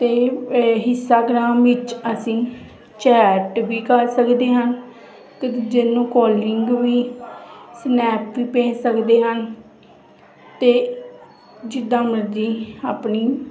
ਅਤੇ ਇੰਸਟਾਗ੍ਰਾਮ ਵਿੱਚ ਅਸੀਂ ਚੈਟ ਵੀ ਕਰ ਸਕਦੇ ਹਾਂ ਇੱਕ ਦੂਜੇ ਨੂੰ ਕੋਲਿੰਗ ਵੀ ਸਨੈਪ ਵੀ ਭੇਜ ਸਕਦੇ ਹਨ ਅਤੇ ਜਿੱਦਾਂ ਮਰਜ਼ੀ ਆਪਣੀ